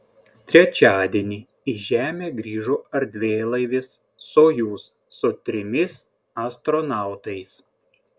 trečiadienį į žemę grįžo erdvėlaivis sojuz su trimis astronautais